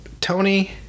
Tony